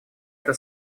это